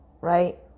right